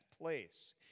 place